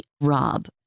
ROB